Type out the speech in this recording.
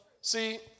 see